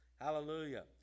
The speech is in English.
Hallelujah